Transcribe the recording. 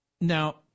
Now